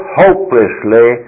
hopelessly